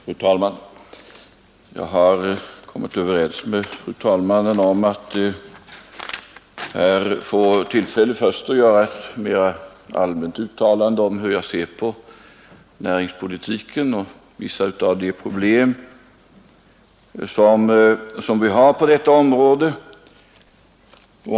Fru talman! Jag har kommit överens med fru talmannen om att jag får tillfälle att först göra ett mera allmänt uttalande om hur jag ser på näringspolitiken och på vissa av de problem som vi har på detta område.